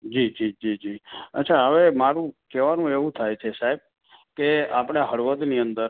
જીજીજીજી અચ્છા હવે મારૂ કહેવાનું એવું થાય છે સાહેબ કે આપણા હળવદની અંદર